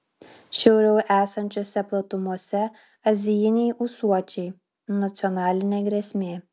šiauriau esančiose platumose azijiniai ūsuočiai nacionalinė grėsmė